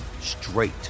straight